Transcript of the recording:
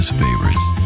favorites